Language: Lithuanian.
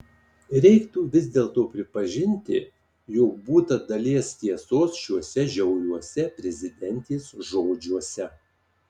reiktų vis dėlto pripažinti jog būta dalies tiesos šiuose žiauriuose prezidentės žodžiuose